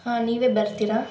ಹಾಂ ನೀವೇ ಬರ್ತೀರಾ